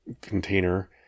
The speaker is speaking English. container